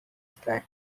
sky